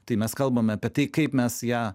tai mes kalbame apie tai kaip mes ją